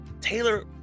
Taylor